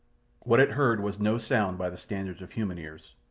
what it heard was no sound by the standards of human ears,